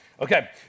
Okay